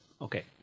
Okay